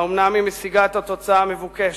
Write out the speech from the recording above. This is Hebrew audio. האומנם היא משיגה את התוצאה המבוקשת?